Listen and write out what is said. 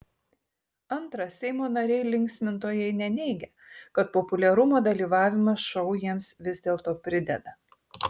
antra seimo nariai linksmintojai neneigia kad populiarumo dalyvavimas šou jiems vis dėlto prideda